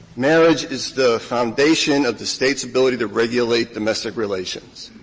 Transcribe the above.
marriage is the foundation of the state's ability to regulate domestic relations.